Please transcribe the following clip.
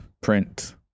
print